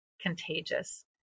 contagious